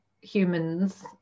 humans